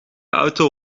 auto